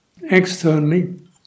externally